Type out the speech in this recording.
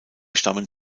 stammen